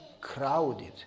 Crowded